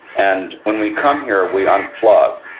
and when we come here, we unplug.